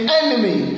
enemy